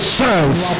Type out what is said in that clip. chance